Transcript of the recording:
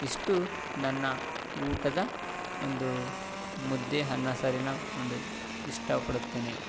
ಇಷ್ಟು ನನ್ನ ಊಟದ ಒಂದು ಮುದ್ದೆ ಅನ್ನ ಸಾರಿನ ಒಂದು ಇಷ್ಟಪಡುತ್ತೇನೆ